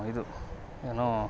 ಇದು ಏನೋ